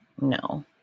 no